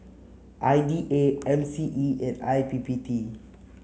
I D A M C E and I P P T